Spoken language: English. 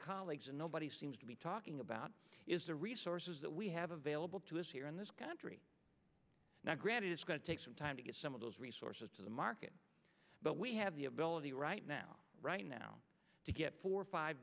colleagues and nobody seems to be talking about is the resources that we have available to us here in this country now granted it's going to take some time to get some of those resources to the market but we have the ability right now right now to get four or five